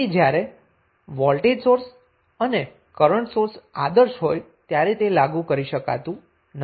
તેથી જ્યારે voltage source અને કરન્ટ સોર્સ આદર્શ હોય ત્યારે તે લાગુ કરી શકતું નથી